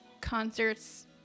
concerts